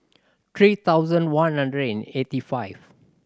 three thousand one hundred and eighty five